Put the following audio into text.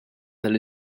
tal